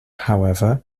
however